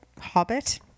hobbit